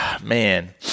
Man